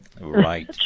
Right